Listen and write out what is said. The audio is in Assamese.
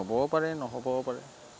হ'বও পাৰে নহ'বও পাৰে